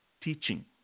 teaching